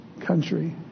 country